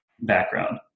background